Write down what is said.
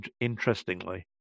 Interestingly